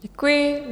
Děkuji.